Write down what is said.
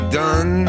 done